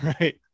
right